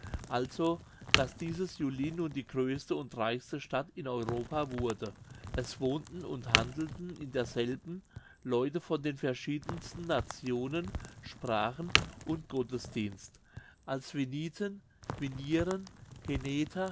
also daß dieses julin nun die größte und reichste stadt in europa wurde es wohnten und handelten in derselben leute von den verschiedensten nationen sprachen und gottesdienst als winithen winiren heneter